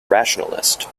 rationalist